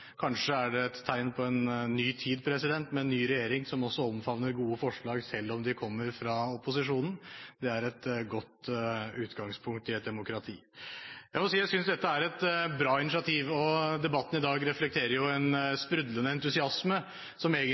Kanskje er det et tegn på en ny tid med ny regjering, som også omfavner gode forslag selv om de kommer fra opposisjonen. Det er et godt utgangspunkt i et demokrati. Jeg synes dette er et bra initiativ, og debatten i dag reflekterer en sprudlende entusiasme, som